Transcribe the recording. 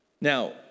Now